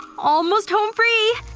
almost home free,